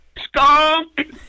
skunk